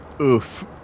oof